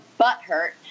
butthurt